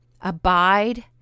abide